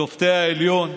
שופטי העליון,